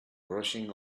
rushing